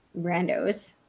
randos